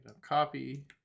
copy